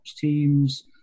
teams